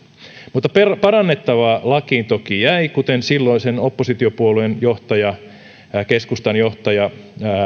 mutta parannettavaa lakiin toki jäi kuten silloisen oppositiopuolueen johtaja keskustan johtaja